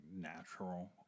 natural